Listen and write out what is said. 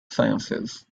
sciences